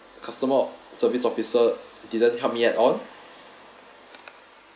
customer service officer didn't help me at all